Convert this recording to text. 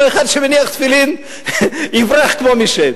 אותו אחד שמניח תפילין יברח כמו משד.